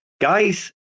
Guys